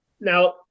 now